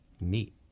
Neat